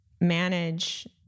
manage